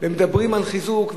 מדברים על חיזוק,